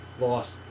lost